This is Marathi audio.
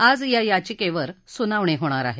आज या याचिकेवर सुनावणी होणार आहे